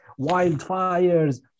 wildfires